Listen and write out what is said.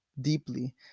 deeply